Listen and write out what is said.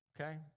okay